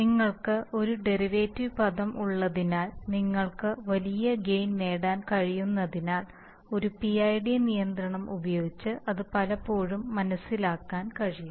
നിങ്ങൾക്ക് ഒരു ഡെറിവേറ്റീവ് പദം ഉള്ളതിനാൽ നിങ്ങൾക്ക് വലിയ ഗെയിൻ നേടാൻ കഴിയുന്നതിനാൽ ഒരു പിഐഡി നിയന്ത്രണം ഉപയോഗിച്ച് അത് പലപ്പോഴും മനസ്സിലാക്കാൻ കഴിയും